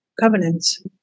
covenants